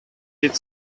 did